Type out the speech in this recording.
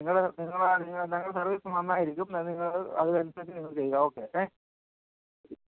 നിങ്ങൾ നിങ്ങളെ നിങ്ങളെ സർവീസ് നന്നായിരിക്കും അത് നിങ്ങൾ അതിനനുസരിച്ച് നിങ്ങൾ ചെയ്യുക ഓക്കെ ഏ